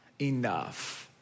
enough